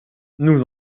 nous